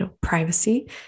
privacy